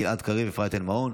גלעד קריב ואפרת רייטן מרום.